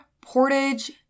Portage